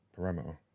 parameter